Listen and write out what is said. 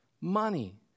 money